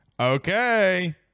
Okay